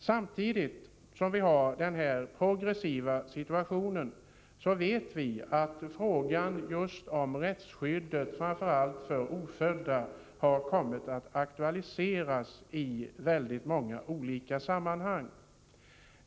Samtidigt som vi har denna progressiva situation vet vi att frågan om rättsskyddet, framför allt för ofödda, har kommit att aktualiseras i många olika sammanhang.